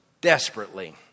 desperately